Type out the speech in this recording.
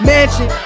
Mansion